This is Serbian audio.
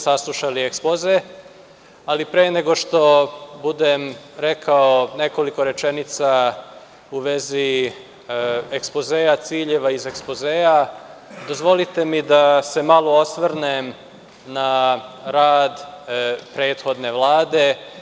saslušali ekspoze, ali pre nego što budem rekao nekoliko rečenica u vezi ekspozea, ciljeva ekspozea, dozvolite mi da se malo osvrnem na rad prethodne Vlade.